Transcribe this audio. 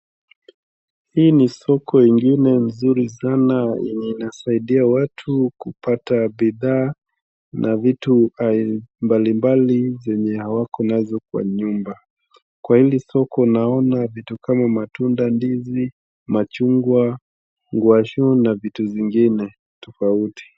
Hii ni soko ingine mzuri sana yenye inasaidia watu kupata bidhaa na vitu mbalimbali zenye hawako nazo kwa nyumba kwa hili soko naona vitu kama matunda ndizi machungwa ngwashe na vitu zingine tofauti.